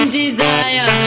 desire